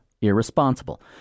irresponsible